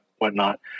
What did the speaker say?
whatnot